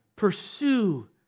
Pursue